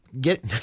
get –